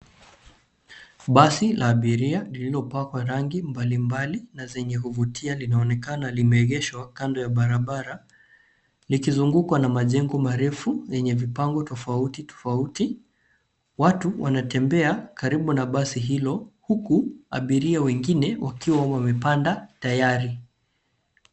Basi la abiria lililopakwa rangi mbali mbali, na zenye kuvutia linaonekana limeegeshwa kando ya barabara, likizungukwa na majengo marefu yenye vipango tofauti tofauti. Watu wanatembea karibu na basi hilo, huku abiria wengine wakiwa wamepanda tayari.